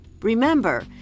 Remember